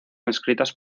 escritas